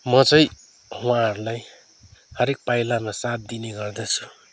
म चाहिँ उहाँहरूलाई हरेक पाइलामा साथ दिने गर्दछु